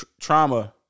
trauma